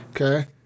Okay